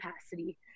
capacity